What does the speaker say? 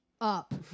up